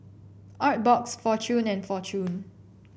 Artbox Fortune and Fortune